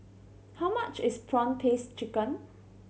how much is prawn paste chicken